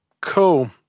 Cool